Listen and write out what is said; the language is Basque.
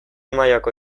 mailako